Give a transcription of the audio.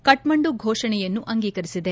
ಕಠ್ದಂಡು ಫೋಷಣೆಯನ್ನು ಅಂಗೀಕರಿಸಿದೆ